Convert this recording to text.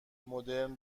مدرن